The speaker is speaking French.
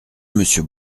monsieur